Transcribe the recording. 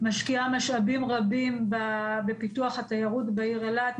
משקיעה משאבים רבים בפיתוח התיירות בעיר אילת,